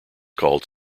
called